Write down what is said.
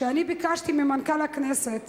שאני ביקשתי ממנכ"ל הכנסת